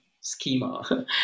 schema